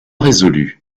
résolue